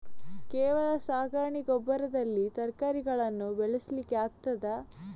ಕೇವಲ ಸಗಣಿ ಗೊಬ್ಬರದಲ್ಲಿ ತರಕಾರಿಗಳನ್ನು ಬೆಳೆಸಲಿಕ್ಕೆ ಆಗ್ತದಾ?